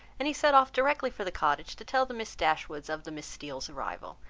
and he set off directly for the cottage to tell the miss dashwoods of the miss steeles' arrival,